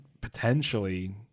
potentially